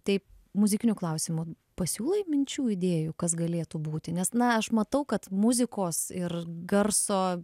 taip muzikinių klausimų pasiūlai minčių idėjų kas galėtų būti nes na aš matau kad muzikos ir garso